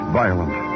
violent